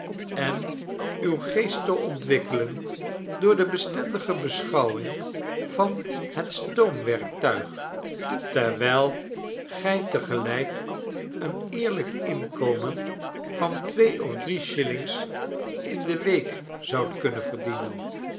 en uwen geest te ontwikkelen door de bestendige beschouwing van het stoomwerktuig terwijl gij te gelijk een eerlijk inkomen van twee of drie shillings in de week zoudt kunnen verdienen